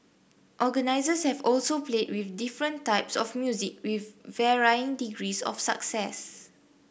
organisers have also played with different types of music with varying degrees of success